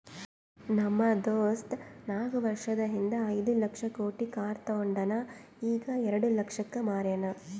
ನಮ್ ದೋಸ್ತ ನಾಕ್ ವರ್ಷದ ಹಿಂದ್ ಐಯ್ದ ಲಕ್ಷ ಕೊಟ್ಟಿ ಕಾರ್ ತೊಂಡಾನ ಈಗ ಎರೆಡ ಲಕ್ಷಕ್ ಮಾರ್ಯಾನ್